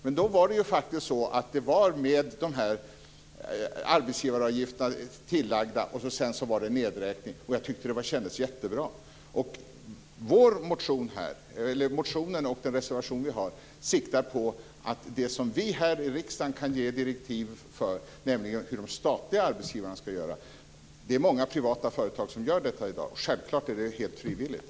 Men då var det faktiskt så att arbetsgivaravgifterna var tillagda och sedan var det en nedräkning, och jag tyckte att det kändes jättebra. Motionen och den reservation vi har siktar på det som vi här i riksdagen kan ge direktiv om, nämligen hur de statliga arbetsgivarna ska göra. Det är många privata företag som gör detta i dag. Självklart är det helt frivilligt.